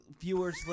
viewers